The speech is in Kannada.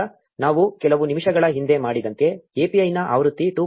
ಈಗ ನಾವು ಕೆಲವು ನಿಮಿಷಗಳ ಹಿಂದೆ ಮಾಡಿದಂತೆ API ನ ಆವೃತ್ತಿ 2